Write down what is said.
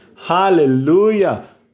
Hallelujah